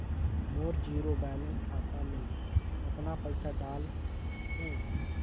मोर zero balance खाता मे कतना पइसा डाल हूं?